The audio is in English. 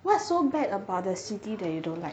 what's so bad about the city that you don't like